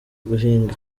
guhinga